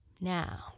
Now